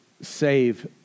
save